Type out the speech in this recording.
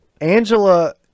angela